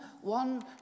one